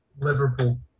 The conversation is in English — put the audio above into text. Liverpool